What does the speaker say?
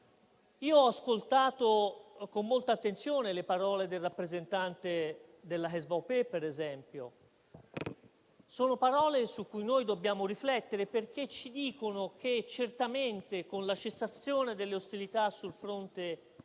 Ho ascoltato con molta attenzione le parole del rappresentante della Südtiroler Volkspartei, per esempio, su cui dobbiamo riflettere, perché ci dicono che certamente con la cessazione delle ostilità sul fronte